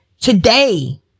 today